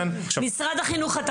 מה עושים אם המנהל חתם,